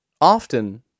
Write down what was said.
Often